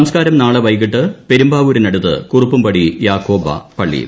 സംസ്ക്കാരം നാളെ വൈകിട്ട് പെരുമ്പാവൂരിനടുത്ത് കുറുപ്പുംപടി യാക്കോബ പള്ളിയിൽ